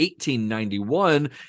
1891